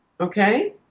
okay